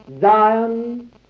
Zion